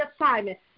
assignment